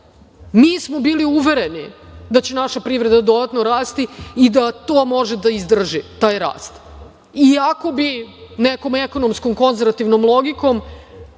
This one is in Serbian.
Mi smo bili uvereni da će naša privreda dodatno rasti i da to može da izdrži taj rast, iako bi nekom ekonomskom konzervativnom logikom